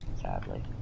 sadly